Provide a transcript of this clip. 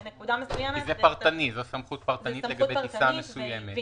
זאת סמכות פרטנית לגבי טיסה מסוימת.